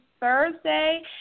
thursday